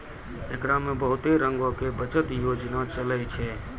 एकरा मे बहुते रंगो के बचत योजना चलै छै